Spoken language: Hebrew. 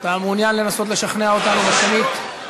אתה מעוניין לנסות לשכנע אותנו שנית?